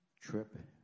trip